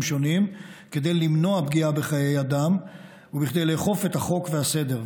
שונים כדי למנוע פגיעה בחיי אדם וכדי לאכוף את החוק והסדר,